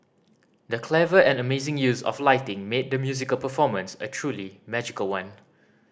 the clever and amazing use of lighting made the musical performance a truly magical one